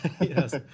Yes